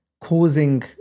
causing